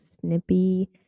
snippy